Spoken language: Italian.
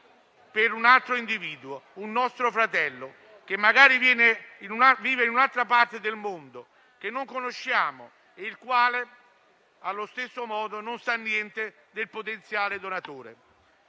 per un altro individuo, un nostro fratello, che magari vive in un'altra parte del mondo, che non conosciamo, il quale allo stesso modo non sa niente del potenziale donatore.